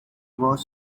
was